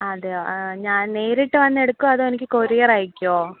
അതെയോ ആ ഞാൻ നേരിട്ട് വന്ന് എടുക്കുമോ അതോ എനിക്ക് കൊറിയർ അയയ്ക്കുമോ